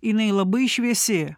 jinai labai šviesi